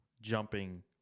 jumping